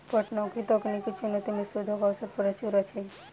पटौनीक तकनीकी चुनौती मे शोधक अवसर प्रचुर अछि